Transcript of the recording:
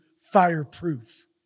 fireproof